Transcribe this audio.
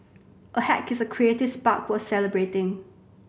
a hack is a creative spark worth celebrating